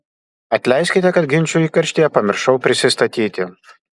atleiskite kad ginčo įkarštyje pamiršau prisistatyti